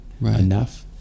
enough